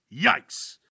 yikes